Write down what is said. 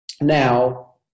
Now